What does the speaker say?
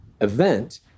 event